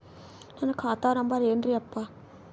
ನನ್ನ ಖಾತಾ ನಂಬರ್ ಏನ್ರೀ ಯಪ್ಪಾ?